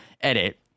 edit